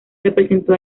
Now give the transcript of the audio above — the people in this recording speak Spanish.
representó